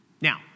Now